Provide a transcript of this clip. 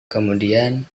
kemudian